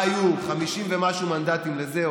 שבהם היו 50 ומשהו מנדטים לזה,